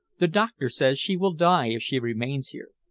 the doctor says she will die if she remains here.